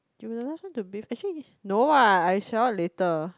you will be the last one to bath acutally no what I shower later